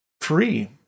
free